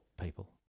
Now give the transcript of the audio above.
people